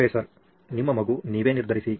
professor ನಿಮ್ಮ ಮಗು ನೀವೇ ನಿರ್ಧರಿಸಿ